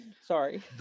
sorry